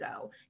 go